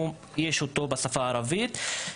קיים בשפה הערבית,